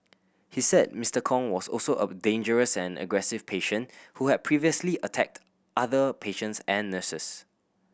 he said Mister Kong was also a dangerous and aggressive patient who had previously attacked other patients and nurses